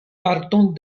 parton